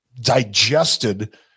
digested